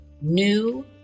New